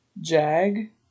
Jag